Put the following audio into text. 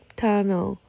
tunnel